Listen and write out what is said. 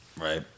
Right